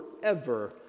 forever